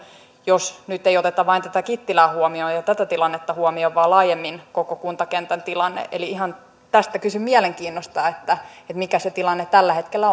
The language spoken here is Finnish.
jos nyt ei oteta vain tätä kittilää huomioon ja tätä tilannetta huomioon vaan laajemmin koko kuntakentän tilanne ihan tästä kysyn mielenkiinnosta mikä se tilanne tällä hetkellä